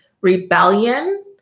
rebellion